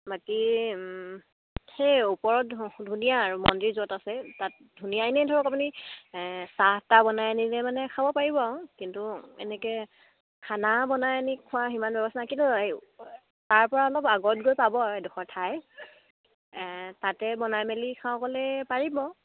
বাকী সেই ওপৰত ধ ধুনীয়া আৰু মন্দিৰ য'ত আছে তাত ধুনীয়া এনেই ধৰক আপুনি চাহ তাহ বনাই আনিলে মানে খাব পাৰিব আৰু কিন্তু এনেকৈ খানা বনাই আনি খোৱা সিমান ব্যৱস্থা নাই কিন্তু এই তাৰপৰা অলপ আগত গৈ পাব এডোখৰ ঠাই তাতে বনাই মেলি খাৰু ক'লে পাৰিব